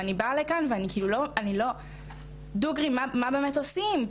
ואני באה לכאן ואני לא מבינה מה באמת עושים?